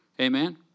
Amen